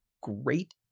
great